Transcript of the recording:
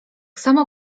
samo